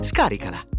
Scaricala